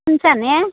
শুনছা নে